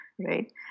right